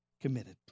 committed